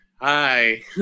hi